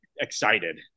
excited